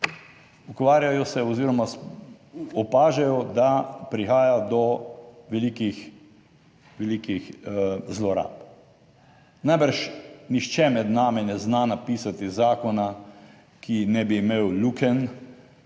Ukvarjajo se oziroma opažajo, da prihaja do velikih, velikih zlorab. Najbrž nihče med nami ne zna napisati zakona, ki ne bi imel lukenj,